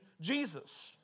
Jesus